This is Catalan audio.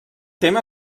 tema